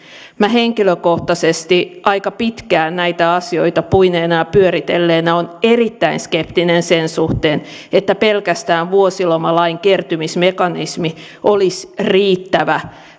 minä henkilökohtaisesti aika pitkään näitä asioita puineena ja pyöritelleenä olen erittäin skeptinen sen suhteen että pelkästään vuosilomalain kertymismekanismi olisi riittävä